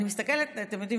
אתם יודעים,